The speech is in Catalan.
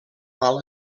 mal